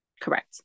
Correct